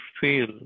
feel